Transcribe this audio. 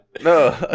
No